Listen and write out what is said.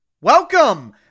Welcome